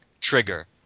trigger